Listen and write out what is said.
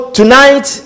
tonight